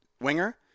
winger